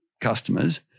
customers